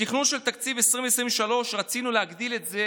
בתכנון תקציב 2023 רצינו להגדיל את זה